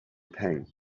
pang